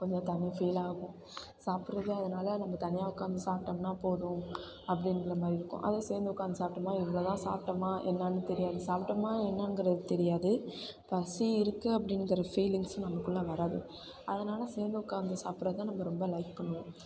கொஞ்சம் தனி ஃபீல் ஆகும் சாப்பிட்றது அதனால நம்ம தனியாக உட்காந்து சாப்பிட்டோம்னா போதும் அப்படிங்கிற மாதிரி இருக்கும் அதே சேர்ந்து உட்காந்து சாப்பிட்டோம்மா இவ்வளோ தான் சாப்பிட்டோமா என்னன்னு தெரியாது சாப்பிட்டோமா என்னங்கிறது தெரியாது பசி இருக்குது அப்டிங்கிற ஃபீலிங்ஸ் நமக்குள்ளே வராது அதனால சேந்து உட்காந்து சாப்பிட்றது தான் நம்ம ரொம்ப லைக் பண்ணுவோம்